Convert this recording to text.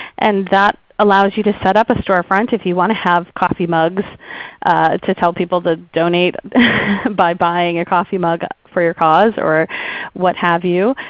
and that allows you to set up a storefront if you want to have coffee mugs to tell people to donate by buying a coffee mug for your cause or what have you.